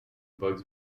bugs